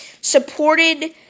Supported